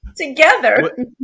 together